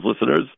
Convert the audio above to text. listeners